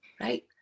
right